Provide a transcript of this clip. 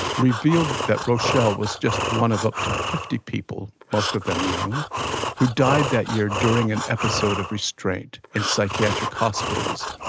revealed that roshelle was just one of up to fifty people most of them young who died that year during an episode of restraint in psychiatric hospitals.